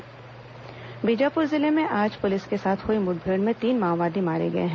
माओवादी मुठभेड़ बीजापुर जिले में आज पुलिस के साथ हुई मुठभेड़ में तीन माओवादी मारे गए हैं